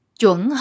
chuẩn